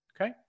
okay